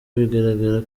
bigaragara